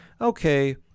okay